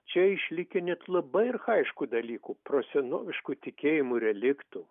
čia išlikę net labai archajiškų dalykų prosenoviškų tikėjimų reliktų